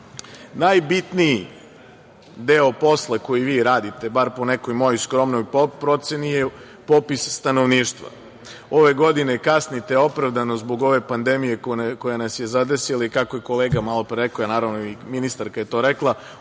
značajne. Najbitniji deo posla koji vi radite, bar po nekoj mojoj skromnoj proceni je popis stanovništva. Ove godine kasnite opravdano zbog ove pandemije koja nas je zadesila i kako je kolega malo pre rekao, naravno i ministarka je to rekla,